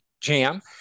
jam